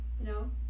no